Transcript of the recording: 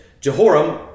Jehoram